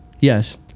Yes